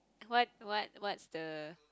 what what what's the